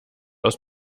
aus